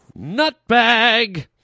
Nutbag